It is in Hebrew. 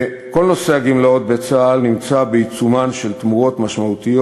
כל נושא הגמלאות בצה"ל נמצא בעיצומן של תמורות משמעותיות